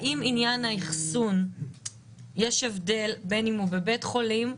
האם יש הבדל בין אם האחסון בבית חולים,